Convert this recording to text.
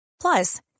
Plus